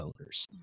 owners